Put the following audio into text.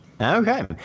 Okay